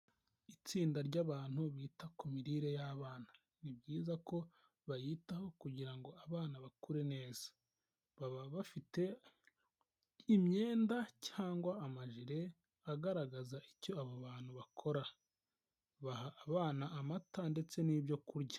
Itsinda ry'abantu bita ku mirire y'abana, ni byizayiza ko bayitaho kugira ngo abana bakure neza, baba bafite imyenda cyangwa amajire agaragaza icyo abo bantu bakora, baha abana amata ndetse n'ibyo kurya.